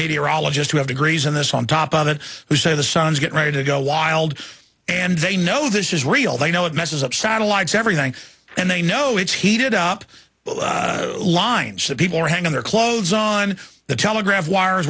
meteorologist who have degrees in this on top of it who say the sun's get ready to go wild and they know this is real they know it messes up satellites everything and they know it's heated up the lines that people are hanging their clothes on the telegraph wires